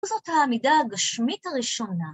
זאת העמידה הגשמית הראשונה.